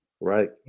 right